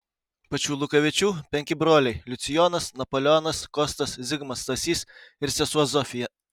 pačių lukavičių penki broliai liucijonas napoleonas kostas zigmas stasys ir sesuo zofija